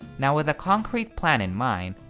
now with a concrete plan in mind,